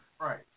Right